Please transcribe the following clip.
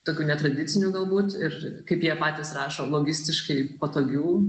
tokių netradicinių galbūt ir kaip jie patys rašo logistiškai patogių